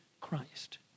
Christ